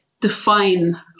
define